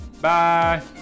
Bye